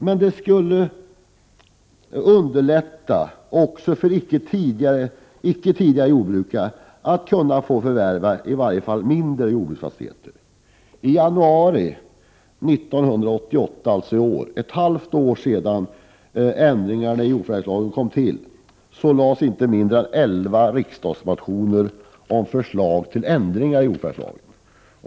Men den skulle också underlätta för icke tidigare jordbrukare att få förvärva åtminstone mindre jordbruksfastigheter. I januari 1988, alltså i år, ett halvt år efter det att ändringarna i jordförvärvslagen kom till, lades inte mindre än 11 riksdagsmotioner fram om förslag till ändringar i jordförvärvslagen.